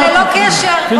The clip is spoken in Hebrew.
אבל ללא קשר, או הצבא.